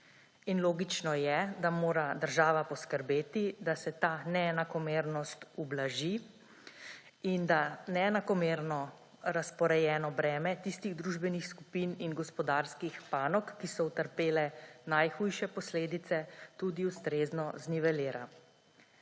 Logično je, da mora država poskrbeti, da se ta neenakomernost ublaži in da se neenakomerno razporejeno breme tistih družbenih skupin in gospodarskih panog, ki so utrpele najhujše posledice, tudi ustrezno znivelira.